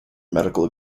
medical